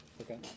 Okay